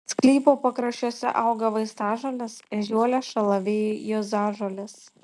sklypo pakraščiuose auga vaistažolės ežiuolės šalavijai juozažolės